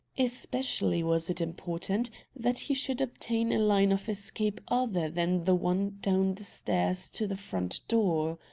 especially was it important that he should obtain a line of escape other than the one down the stairs to the front door.